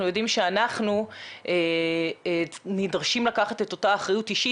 אנחנו יודעים שאנחנו נדרשים לקחת את אותה אחריות אישית,